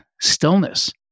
stillness